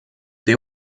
they